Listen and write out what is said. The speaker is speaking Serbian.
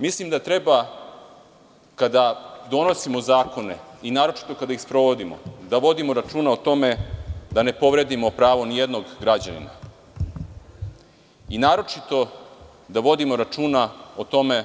Mislim da treba kada donosimo zakone, naročito kada ih sprovodimo, da vodimo računa o tome da ne povredimo pravi ni jednog građanina, naročito da vodimo računa o tome